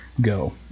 go